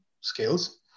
skills